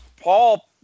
Paul